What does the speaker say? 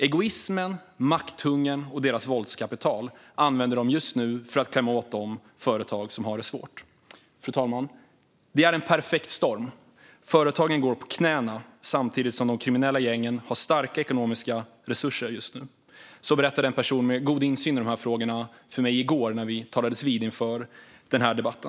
Egoism, makthunger och våldskapital använder de just nu för att klämma åt de företag som har det svårt. Fru talman! Det är en perfekt storm. Företagen går på knäna samtidigt som de kriminella gängen har starka ekonomiska resurser. Det berättade en person med god insyn i dessa frågor för mig i går när vi talades vid inför denna debatt.